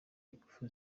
ingufu